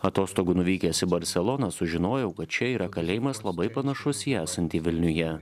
atostogų nuvykęs į barseloną sužinojau kad čia yra kalėjimas labai panašus į esantį vilniuje